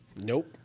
Nope